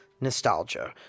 nostalgia